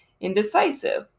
indecisive